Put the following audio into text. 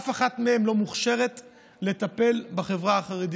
אף אחת מהן לא מוכשרת לטפל בחברה החרדית.